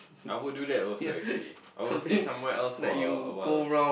I would do that aslo actually I would stay somewhere for awhile